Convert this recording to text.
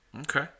Okay